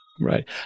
Right